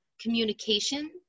communication